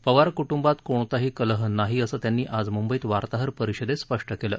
पवार कृटंबात कोणताही कलह नाही असं त्यांनी आज मुंबईत वार्ताहर परिषदेत स्पष्ट केलं